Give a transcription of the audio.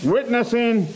Witnessing